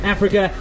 Africa